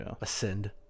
ascend